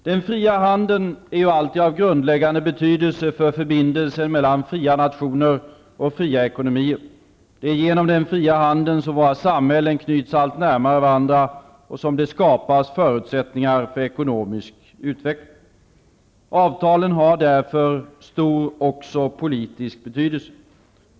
Den fria handeln är ju alltid av grundläggande betydelse för förbindelserna mellan fria nationer och fria ekonomier. Det är genom den fria handeln som våra samhällen knyts allt närmare varandra och som det skapas förutsättningar för ekonomisk utveckling. Avtalen har därför också en stor politisk betydelse.